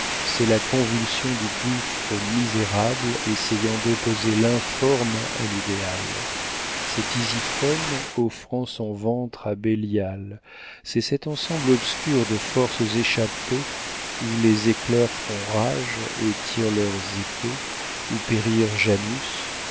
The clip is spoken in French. c'est la convulsion du gouffre misérable essayant d'opposer l'informe à l'idéal c'est tisiphone offrant son ventre à bélial c'est cet ensemble obscur de forces échappées où les éclairs font rage et tirent leurs épées où périrent janus